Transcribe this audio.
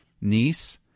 niece